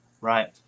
right